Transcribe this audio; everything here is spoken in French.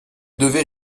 devait